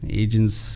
agents